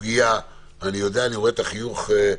אני רואה את החיוך שלך,